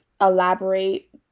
elaborate